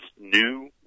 new